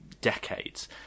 decades